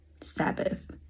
Sabbath